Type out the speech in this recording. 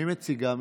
מי מציגה משתיכן?